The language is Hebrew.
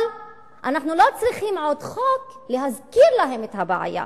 אבל אנחנו לא צריכים עוד חוק להזכיר להם את הבעיה.